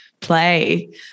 play